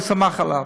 הוא סמך עליו,